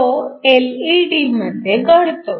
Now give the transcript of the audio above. तो एलईडीमध्ये घडतो